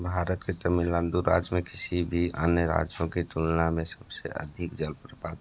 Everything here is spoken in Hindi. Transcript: भारत के तमिल नाडु राज्य में किसी भी अन्य राज्यों की तुलना में सब से अधिक जलप्रपात हैं